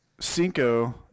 Cinco